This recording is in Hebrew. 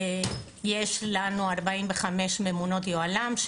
יש לנו 45 ממונות יוהל"ם,